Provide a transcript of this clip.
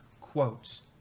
quotes